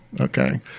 okay